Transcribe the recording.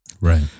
Right